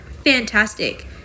fantastic